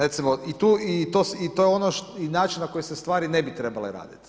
Recimo, to je ono i način na koji se stvari ne bi trebale raditi.